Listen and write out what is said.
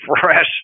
fresh